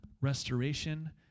restoration